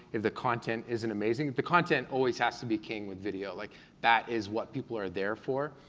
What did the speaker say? if the content isn't amazing. the content always has to be king with video. like that is what people are there for.